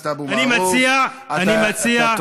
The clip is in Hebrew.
אין דרך אחרת.